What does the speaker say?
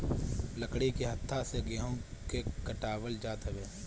लकड़ी के हत्था से गेंहू के पटावल जात हवे